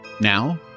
Now